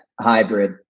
hybrid